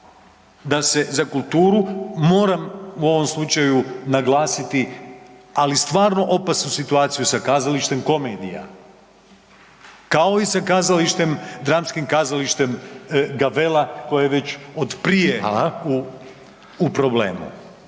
da se za kulturu, moram u ovom slučaju naglasiti, ali stvarno opasnu situaciju sa kazalištem Komedija kao i sa kazalištem, dramskim kazalištem Gavella koje je već od prije u problemu.